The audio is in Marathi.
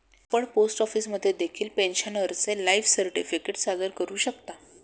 आपण पोस्ट ऑफिसमध्ये देखील पेन्शनरचे लाईफ सर्टिफिकेट सादर करू शकता